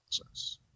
process